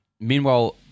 Meanwhile